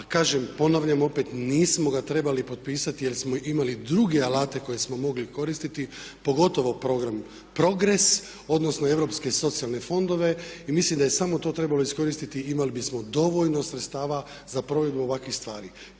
a kažem, ponavljam opet nismo ga trebali potpisati jer smo imali druge alate koje smo mogli koristiti pogotovo progres, odnosno europske socijalne fondove. I mislim da je samo to trebalo iskoristiti i imali bismo dovoljno sredstava za provedbu ovakvih stvari.